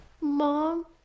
Mom